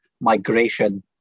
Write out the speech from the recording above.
migration